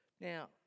Now